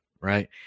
right